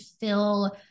fill